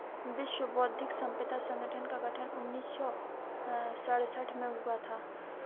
विश्व बौद्धिक संपदा संगठन का गठन उन्नीस सौ सड़सठ में हुआ था